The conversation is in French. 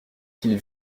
qu’il